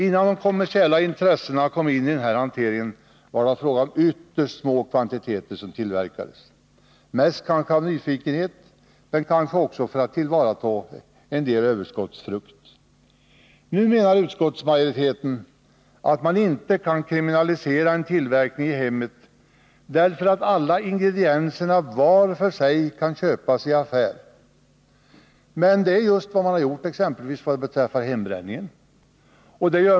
Innan de kommersiella intressena kom in i den här hanteringen var det ytterst små kvantiteter som tillverkades, mest kanske av nyfikenhet men också för att tillvarata en del överskottsfrukt. Nu menar utskottsmajoriteten att man inte kan kriminalisera en tillverkningi hemmet därför att alla ingredienserna var för sig kan köpas i affär. Men det är just vad vi har gjort exempelvis beträffande hembränningen.